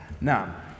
Now